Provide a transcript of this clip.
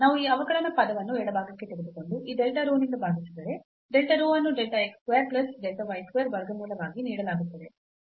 ನಾವು ಈ ಅವಕಲನ ಪದವನ್ನು ಎಡಭಾಗಕ್ಕೆ ತೆಗೆದುಕೊಂಡು ಈ delta rho ನಿಂದ ಭಾಗಿಸಿದರೆ delta rho ಅನ್ನು delta x square plus delta y square ವರ್ಗಮೂಲವಾಗಿ ನೀಡಲಾಗುತ್ತದೆ